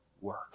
work